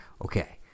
okay